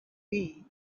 read